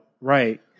right